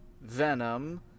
Venom